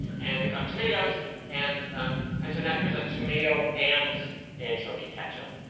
and they got tomatoes and um and so now here's a tomato and anchovy ketchup.